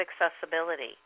accessibility